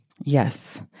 Yes